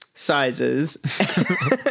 sizes